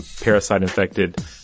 parasite-infected